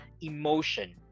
emotion